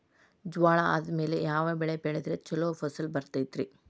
ಜ್ವಾಳಾ ಆದ್ಮೇಲ ಯಾವ ಬೆಳೆ ಬೆಳೆದ್ರ ಛಲೋ ಫಸಲ್ ಬರತೈತ್ರಿ?